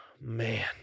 man